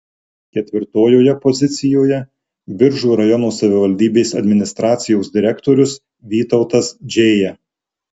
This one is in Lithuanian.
ketvirtojoje pozicijoje biržų rajono savivaldybės administracijos direktorius vytautas džėja